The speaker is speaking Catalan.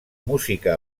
música